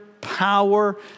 power